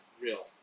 real